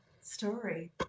story